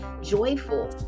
joyful